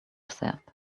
said